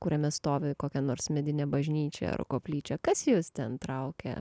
kuriame stovi kokia nors medinė bažnyčia koplyčia kas jus ten traukia